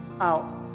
out